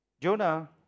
Jonah